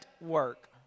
work